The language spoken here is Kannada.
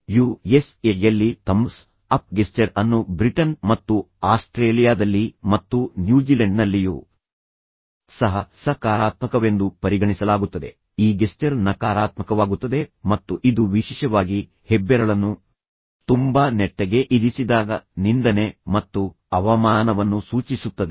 ಯು ಎಸ್ ಎ ಯಲ್ಲಿ ಥಂಬ್ಸ್ ಅಪ್ ಗೆಸ್ಚರ್ ಅನ್ನು ಬ್ರಿಟನ್ ಮತ್ತು ಆಸ್ಟ್ರೇಲಿಯಾದಲ್ಲಿ ಮತ್ತು ನ್ಯೂಜಿಲೆಂಡ್ನಲ್ಲಿಯೂ ಸಹ ಸಕಾರಾತ್ಮಕವೆಂದು ಪರಿಗಣಿಸಲಾಗುತ್ತದೆ ಈ ಗೆಸ್ಚರ್ ನಕಾರಾತ್ಮಕವಾಗುತ್ತದೆ ಮತ್ತು ಇದು ವಿಶೇಷವಾಗಿ ಹೆಬ್ಬೆರಳನ್ನು ತುಂಬಾ ನೆಟ್ಟಗೆ ಇರಿಸಿದಾಗ ನಿಂದನೆ ಮತ್ತು ಅವಮಾನವನ್ನು ಸೂಚಿಸುತ್ತದೆ